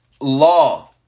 law